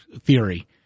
theory